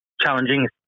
challenging